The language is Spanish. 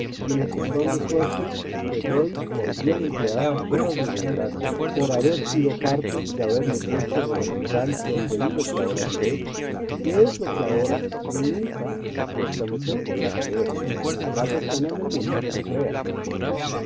sino que son de suerte que doy por bien empleadas todas mis desgracias por haber sido parte de haberme puesto en el hospital donde vi lo que aora dir eacute que es lo que aora ni nunca vuesa merced podrá creer ni habrá persona en el mundo persona que lo crea